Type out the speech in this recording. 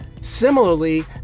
similarly